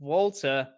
Walter